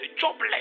jobless